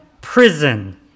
prison